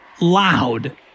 loud